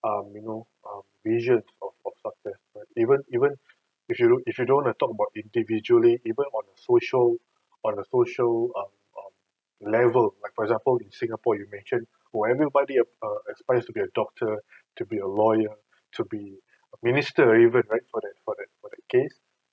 um you know um vision of of success but even even if you don't if you don't want to talk about individually even on social on a social um um level like for example in singapore you mention whoever uh aspires to be a doctor to be a lawyer to be minister even right for that for that for that case